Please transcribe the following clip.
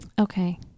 Okay